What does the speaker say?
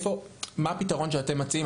מה הפתרון שאתם מציעים?